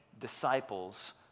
disciples